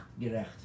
Gerecht